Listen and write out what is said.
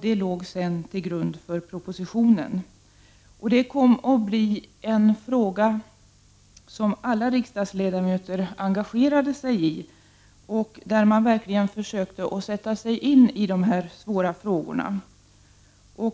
Detta låg sedan till grund för propositionen. Detta kom att bli en fråga som alla riksdagsledamöter engagerade sig i; man försökte verkligen sätta sig in i dessa svåra frågor.